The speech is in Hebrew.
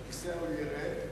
שהכיסא ההוא יהיה ריק,